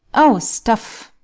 oh, stuff!